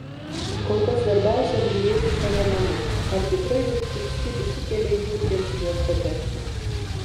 kol kas svarbiausia apžiūrėti savo namus ar tikrai užkirsti visi keliai žiurkėms į juos patekti